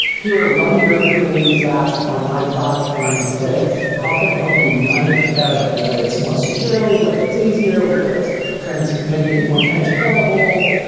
here, run your kubernetes app on my platform. instead it's, how can i help you run it better? whether it's more securely, whether it's easier, whether it's making it more transportable,